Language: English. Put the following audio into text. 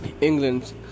England